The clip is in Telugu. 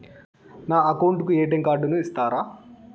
నా అకౌంట్ కు ఎ.టి.ఎం కార్డును ఇస్తారా